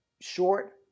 short